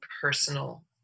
personal